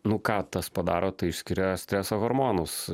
nu ką tas padaro tai išskiria streso hormonus